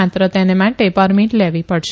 માત્ર તેને માટે પરમીટ લેવી પડશે